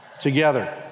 together